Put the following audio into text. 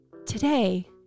Today